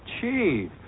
Chief